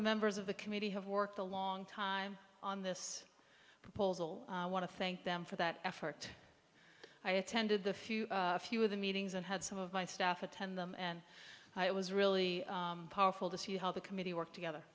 members of the committee have worked a long time on this proposal i want to thank them for that effort i attended the few few of the meetings and had some of my staff attend them and it was really powerful to see how the committee work together